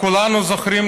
כולנו זוכרים,